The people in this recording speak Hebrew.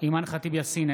אימאן ח'טיב יאסין,